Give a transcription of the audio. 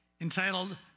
entitled